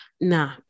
nah